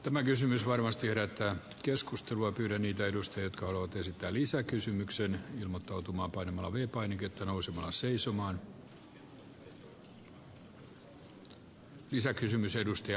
tämä kysymys varmasti herättää keskustelua kyllä niitä ennuste ollut esittää lisäkysymyksiään ilmottautumaan painavia painiketta nousevan siis arvoisa puhemies